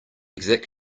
exact